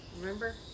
Remember